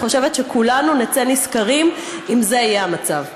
אני חושבת שכולנו נצא נשכרים אם זה יהיה המצב.